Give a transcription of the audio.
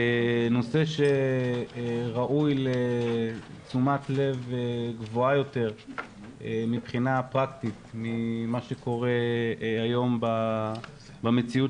נושא שראוי לתשומת לב גבוהה יותר מבחינה פרקטית ממה שקורה היום במציאות